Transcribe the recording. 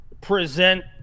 present